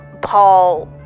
paul